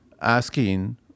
asking